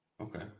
Okay